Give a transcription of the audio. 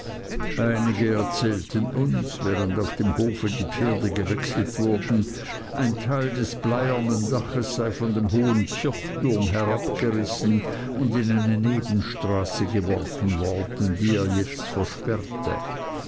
einige erzählten uns während auf dem hofe die pferde gewechselt wurden ein teil des bleiernen dachs sei von dem hohen kirchturm herabgerissen und in eine nebenstraße geworfen worden die er jetzt versperrte